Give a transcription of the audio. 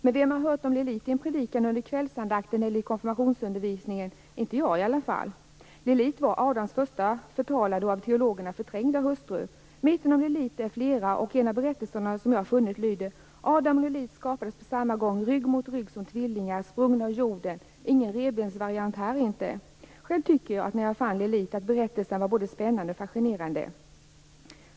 Men vem har hört om Lilith i en predikan under kvällsandakten eller i konfirmationsundervisningen? Inte jag i alla fall. Lilith var Adams första, förtalade och av teologerna förträngda hustru. Myterna om Lilith är flera, och en av de berättelser som jag har funnit lyder: Adam och Lilith skapades på samma gång, rygg mot rygg som tvillingar och sprungna ur jorden - ingen revbensvariant här inte! Själv tycker jag att berättelsen om Lilith är både spännande och fascinerande.